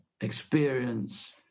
experience